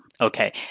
okay